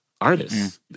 artists